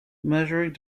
measuring